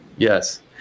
Yes